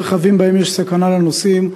של רכבים שבהם יש סכנה לנוסעים,